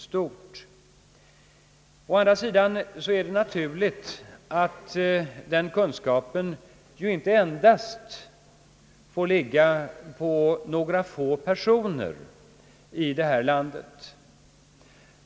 Det är också naturligt att den kunskapen inte får ligga endast hos några få personer i vårt land.